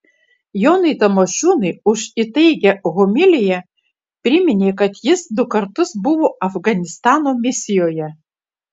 jonui tamošiūnui už įtaigią homiliją priminė kad jis du kartus buvo afganistano misijoje